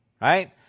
right